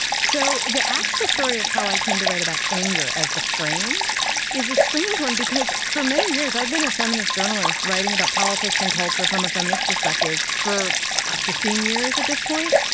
so, the actual story of how i came to write about anger as the frame is a strange one because for many years, i've been a feminist journalist, writing about politics and culture from a feminist perspective for fifteen years at this point.